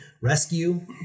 rescue